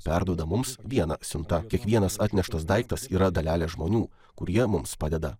perduoda mums vieną siuntą kiekvienas atneštas daiktas yra dalelė žmonių kurie mums padeda